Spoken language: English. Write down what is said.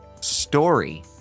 story